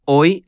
Hoy